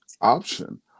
option